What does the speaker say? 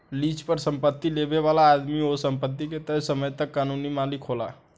lease पर संपत्ति लेबे वाला आदमी ओह संपत्ति के तय समय तक कानूनी मालिक होला